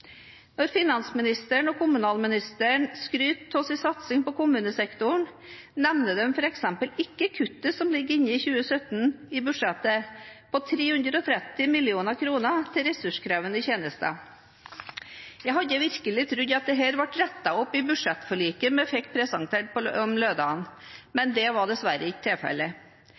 Når finansministeren og kommunalministeren skryter av sin satsing på kommunesektoren, nevner de f.eks. ikke kuttet som ligger inne i 2017-budsjettet på 330 mill. kr til ressurskrevende tjenester. Jeg hadde virkelig trodd at dette var blitt rettet opp i budsjettforliket vi fikk presentert på lørdag, men det var dessverre ikke